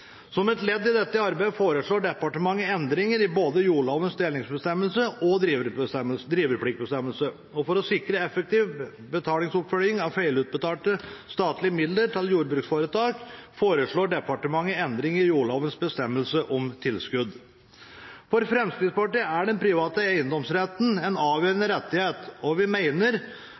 Som et ledd i dette arbeidet foreslår departementet endringer i både delingsbestemmelsen og drivepliktbestemmelsen i jordloven. For å sikre effektiv betalingsoppfølging av feilutbetalte statlige midler til jordbruksforetak foreslår departementet endringer i jordlovens bestemmelse om tilskudd. For Fremskrittspartiet er den private eiendomsretten en avgjørende rettighet, og vi